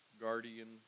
guardian